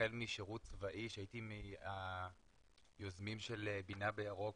החל משירות צבאי שהייתי מהיוזמים של בינה בירוק,